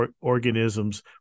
organisms